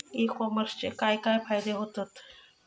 E कॉमर्सचे काय काय फायदे होतत?